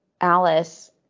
Alice